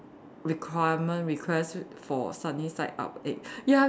requirement request for sunny side up egg ya because